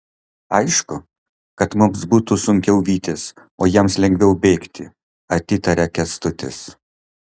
aišku kad mums būtų sunkiau vytis o jiems lengviau bėgti atitaria kęstutis